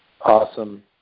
Awesome